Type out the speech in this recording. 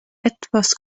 etwas